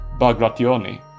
Bagrationi